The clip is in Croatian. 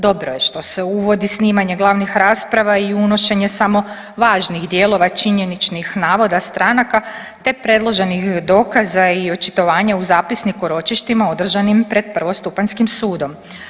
Dobro je što se uvodi snimanje glavnih rasprava u unošenje samo važnih dijelova činjeničnih navoda stranaka te predloženih dokaza i očitovanja u zapisniku o ročištima održanim pred prvostupanjskim sudom.